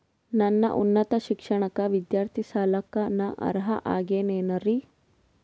ನನ್ನ ಉನ್ನತ ಶಿಕ್ಷಣಕ್ಕ ವಿದ್ಯಾರ್ಥಿ ಸಾಲಕ್ಕ ನಾ ಅರ್ಹ ಆಗೇನೇನರಿ?